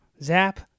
zap